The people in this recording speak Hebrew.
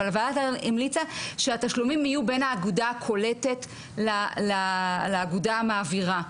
אבל ועדת אדלר המליצה שהתשלומים יהיו בין האגודה הקולטת לאגודה המעבירה.